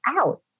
out